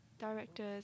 directors